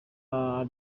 aho